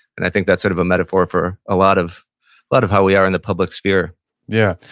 and i think that's sort of a metaphor for a lot of lot of how we are in the public sphere yeah